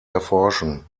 erforschen